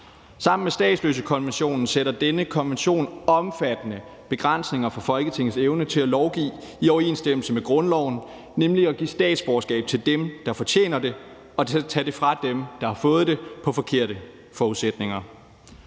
Sammen med statsløsekonventionen sætter denne konvention omfattende begrænsninger for Folketingets evne til at lovgive i overensstemmelse med grundloven, nemlig at give statsborgerskab til dem, der fortjener det, og tage det fra dem, der har fået det under forkerte forudsætninger.